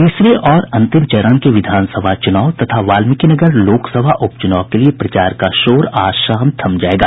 तीसरे और अंतिम चरण के विधानसभा चूनाव तथा वाल्मीकिनगर लोकसभा उप चुनाव के लिए प्रचार का शोर आज शाम थम जायेगा